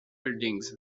buildings